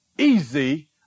easy